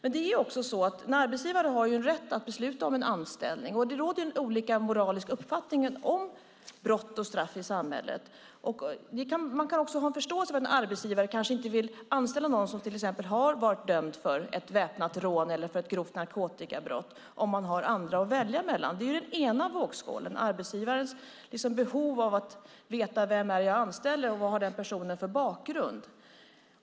En arbetsgivare har ju rätt att besluta om en anställning, och det råder olika moralisk uppfattning om brott och straff i samhället. Man kan ha förståelse för att en arbetsgivare kanske inte vill anställa någon som till exempel blivit dömd för väpnat rån eller grovt narkotikabrott om arbetsgivaren har andra att välja på. I den ena vågskålen har vi arbetsgivarens behov av att veta vem man anställer och vad den personen har för bakgrund.